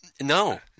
no